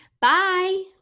Bye